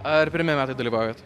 ar pirmi metai dalyvaujat